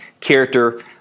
character